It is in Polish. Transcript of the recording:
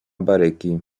baryki